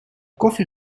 koffie